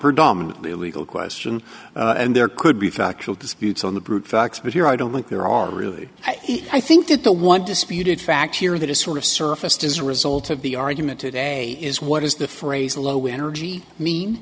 dumper dominantly a legal question and there could be factual disputes on the brute facts but here i don't think there are really i think that the one disputed fact here that is sort of surfaced as a result of the argument today is what is the phrase low energy mean